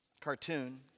cartoon